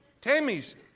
Tammy's